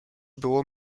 było